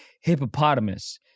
hippopotamus